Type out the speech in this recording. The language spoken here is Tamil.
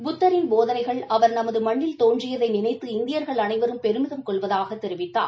புத்தரின் போதனைகள் அவர் நமது மண்ணில் தோற்றியதை நினைத்து இந்தியர்கள் அனைவரும் பெருமிதம் கொள்வதாகக் கூறினார்